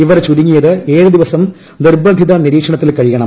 ഇവർ ചുരുങ്ങിയത് ഏഴ് ദിവസം നിർബ്ബന്ധിത നിരീക്ഷണത്തിൽ കഴിയണം